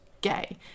gay